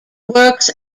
works